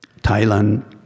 Thailand